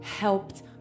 helped